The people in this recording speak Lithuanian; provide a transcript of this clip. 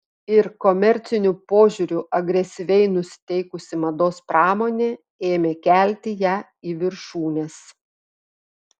ir komerciniu požiūriu agresyviai nusiteikusi mados pramonė ėmė kelti ją į viršūnes